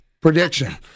Prediction